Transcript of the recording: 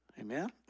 Amen